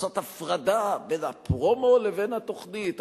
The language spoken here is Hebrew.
לעשות הפרדה בין הפרומו לבין התוכנית.